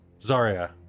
Zarya